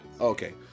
okay